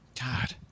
god